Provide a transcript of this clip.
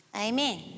Amen